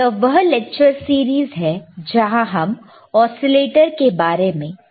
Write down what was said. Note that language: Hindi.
यह वह लेक्चर सीरीज है जहां हम ओसीलेटर के बारे में पढ़ रहे हैं